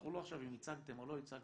אנחנו לא עכשיו אם הצגתם או לא הצגתם,